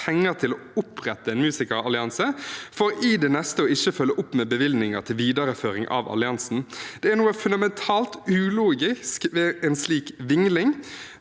penger til å opprette en musikerallianse for i det neste å ikke følge opp med bevilgninger til videreføring av alliansen. Det er noe fundamentalt ulogisk ved en slik vingling.